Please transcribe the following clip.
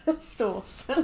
sauce